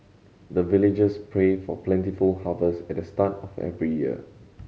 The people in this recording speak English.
the villagers pray for plentiful harvest at the start of every year